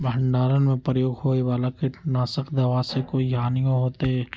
भंडारण में प्रयोग होए वाला किट नाशक दवा से कोई हानियों होतै?